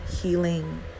healing